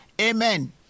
Amen